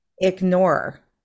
Ignore